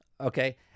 okay